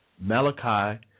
Malachi